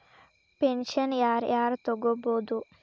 Pension ಯಾರ್ ಯಾರ್ ತೊಗೋಬೋದು?